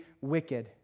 wicked